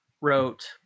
wrote